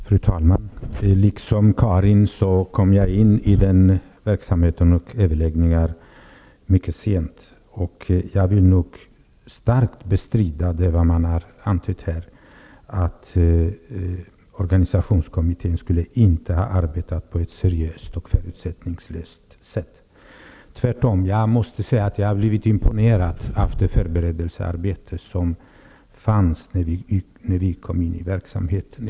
Fru talman! Liksom Karin Israelsson kom jag in i verksamheten mycket sent. Jag vill dock starkt bestrida det man här antytt, att organisationskommittén inte skulle ha arbetat på ett seriöst och förutsättningslöst sätt. Tvärtom måste jag säga att jag blev imponerad av det förberedelsearbete som pågick när vi kom in i verksamheten.